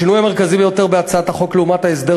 השינוי המרכזי ביותר בהצעת החוק לעומת ההסדר